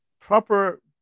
proper